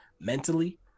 mentally